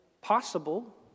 possible